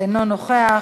אינו נוכח,